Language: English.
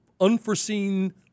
unforeseen